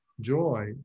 joy